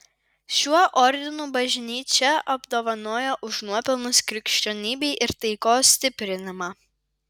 šiuo ordinu bažnyčia apdovanoja už nuopelnus krikščionybei ir taikos stiprinimą